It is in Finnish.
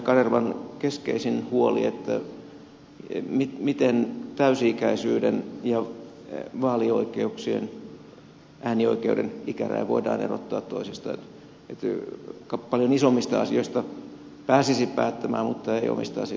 kanervan keskeisimpään huoleen miten täysi ikäisyyden ja vaalioikeuksien äänioi keuden ikäraja voidaan erottaa toisistaan että paljon isommista asioista pääsisi päättämään mutta ei omista asioistaan